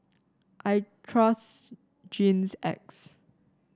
I trust Hygin X